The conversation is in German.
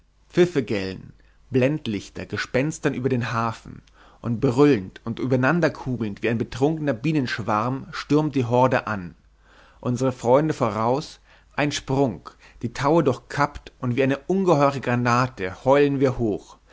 pfiffe gellen blendlichter gespenstern über den hafen und brüllend und übereinanderkugelnd wie ein betrunkener bienenschwarm stürmt die horde an unsere freunde voraus ein sprung die taue durchkappt und wie eine ungeheure granate heulen wir hoch